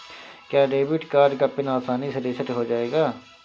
क्या debit card का PIN आसानी से रीसेट हो जाएगा?